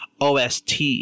ost